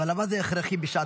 אבל למה זה הכרחי בשעת מלחמה?